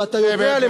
ואתה יודע,